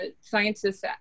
scientists